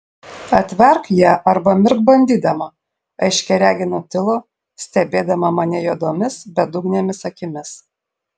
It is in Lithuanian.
atverk ją arba mirk bandydama aiškiaregė nutilo stebėdama mane juodomis bedugnėmis akimis